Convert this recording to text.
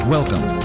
Welcome